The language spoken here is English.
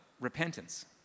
repentance